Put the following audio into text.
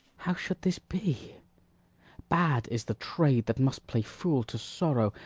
how should this be bad is the trade that must play fool to sorrow,